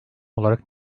olarak